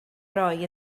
roi